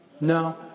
No